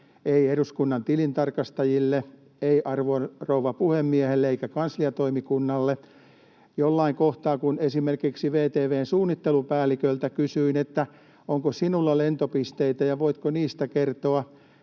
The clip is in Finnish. ei eduskunnan tilintarkastajille, ei arvon rouva puhemiehelle eikä kansliatoimikunnalle. Jossain kohtaa, kun esimerkiksi VTV:n suunnittelupäälliköltä kysyin, onko sinulla lentopisteitä ja voitko niistä kertoa,